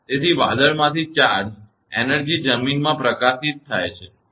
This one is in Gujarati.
તેથી વાદળમાંથી ચાર્જ એનર્જી જમીનમાં પ્રકાશિત થાય છે